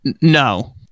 No